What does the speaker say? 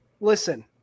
listen